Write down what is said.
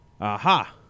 Aha